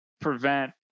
prevent